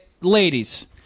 Ladies